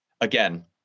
Again